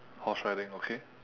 horse riding okay